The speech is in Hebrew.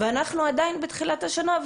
ואנחנו עדיין בתחילת השנה,